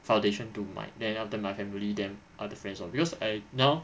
foundation to my then after that my family then other friends lor because I now